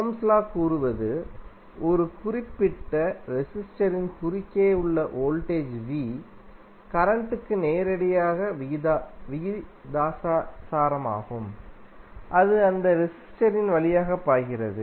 ohms law கூறுவது ஒரு குறிப்பிட்ட ரெசிஸ்டரின் குறுக்கே உள்ள வோல்டேஜ் V கரண்ட் க்கு நேரடியாக விகிதாசாரமாகும் அது அந்த ரெசிஸ்டரின் வழியாக பாய்கிறது